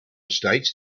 states